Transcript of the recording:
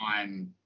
On